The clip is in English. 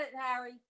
Harry